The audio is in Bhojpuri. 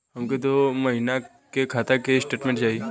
हमके दो महीना के खाता के स्टेटमेंट चाही?